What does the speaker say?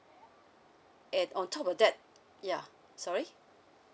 eh on top of that yeah sorry